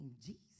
Jesus